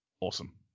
awesome